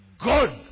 God's